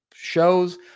shows